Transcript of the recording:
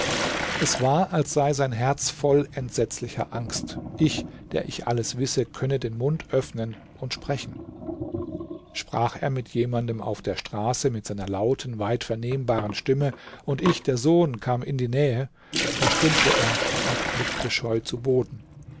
es war als sei sein herz voll entsetzlicher angst ich der ich alles wisse könne den mund öffnen und sprechen sprach er mit jemandem auf der straße mit seiner lauten weit vernehmbaren stimme und ich der sohn kam in die nähe verstummte er und blickte scheu zu boden